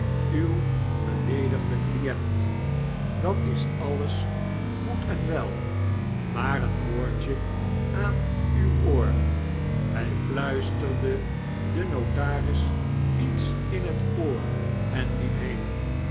bintrey uwbeleedigden client dat is alles goed en wel maar een woordje aan uw oor hij fluisterde den notaris iets in het oor en liep heen